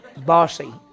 Bossy